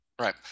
Right